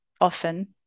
often